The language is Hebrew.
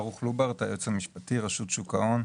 היועץ המשפטי, רשות שוק ההון.